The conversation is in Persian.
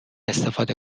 استفاده